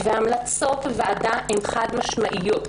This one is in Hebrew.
והמלצות הוועדה הן חד-משמעיות,